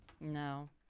No